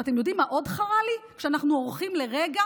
ואתם יודעים מה עוד חרה לי, כשאנחנו אורחים לרגע?